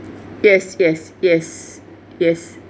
yes yes yes yes